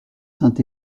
saint